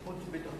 גם אני מוריד.